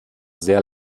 sehr